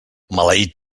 maleït